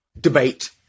debate